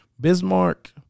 Bismarck